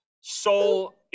Soul